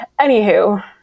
Anywho